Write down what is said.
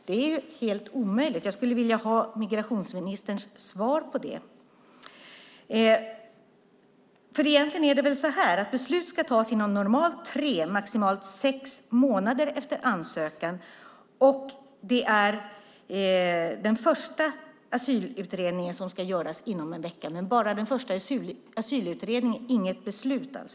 Det är helt omöjligt. Jag skulle vilja ha migrationsministerns svar på det. Beslut ska tas inom normalt tre, maximalt sex månader efter ansökan. Det är den första asylutredningen som ska göras inom en vecka men bara den första asylutredningen, inget beslut.